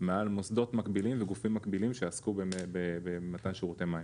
מעל מוסדות מקבילים וגופים מקבילים שעסקו במתן שירותי מים.